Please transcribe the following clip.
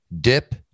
Dip